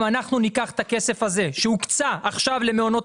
אם אנחנו ניקח את הכסף הזה שהוקצה עכשיו למעונות